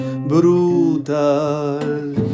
brutal